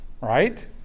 Right